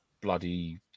bloody